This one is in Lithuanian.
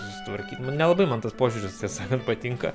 susitvarkyt nu nelabai man tas požiūris tiesa patinka